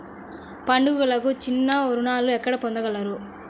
పండుగలకు చిన్న రుణాలు ఎక్కడ పొందగలను?